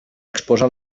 exposar